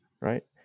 Right